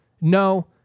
No